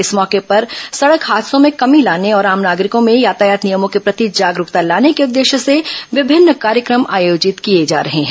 इस मौके पर सड़क हादसों में कमी लाने और आम नागरिकों में यातायात नियर्मों के प्रति जागरूकता लाने के उद्देश्य से विभिन्न कार्यक्रम आयोजित किए जा रहे हैं